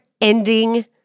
ending